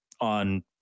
on